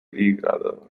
hígado